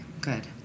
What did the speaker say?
good